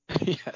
Yes